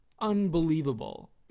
unbelievable